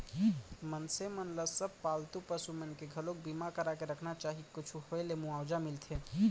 मनसे मन ल सब पालतू पसु मन के घलोक बीमा करा के रखना चाही कुछु होय ले मुवाजा मिलथे